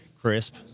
crisp